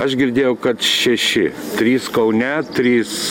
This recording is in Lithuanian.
aš girdėjau kad šeši trys kaune trys